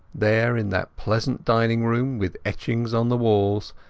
there in that pleasant dining-room, with etchings on the walls,